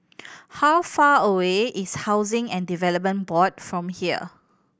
how far away is Housing and Development Board from here